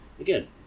again